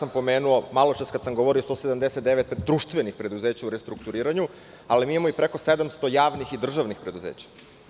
Malo čas kada sam govorio pomenuo sam 179 društvenih preduzeća u restrukturiranju, ali mi imamo i preko 700 javnih i državnih preduzeća.